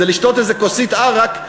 זה לשתות איזו כוסית עראק,